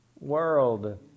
world